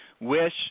wish